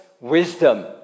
wisdom